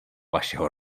vašeho